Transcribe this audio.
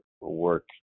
work